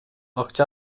акча